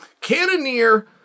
Cannoneer